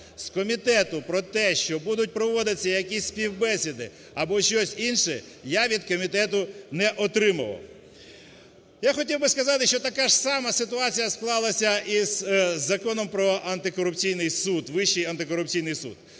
з комітету про те, що будуть проводитись якісь співбесіди або щось інше, я від комітету не отримував". Я хотів би сказати, що така ж сама ситуація склалася із Законом про антикорупційний суд, Вищий антикорупційний суд.